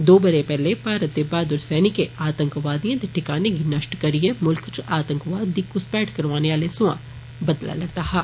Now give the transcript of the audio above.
दो बरे पैहले भारत दे बहादुर सैनिके आतंकवादिए दे ठिकाने गी नश्ट करियै मुल्ख च आतंकवादिए गी घुसपैठ करौआने आले सोयां बदला लैता हा